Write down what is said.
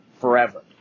forever